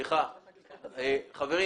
למשרד לביטחון פנים,